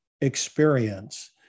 experience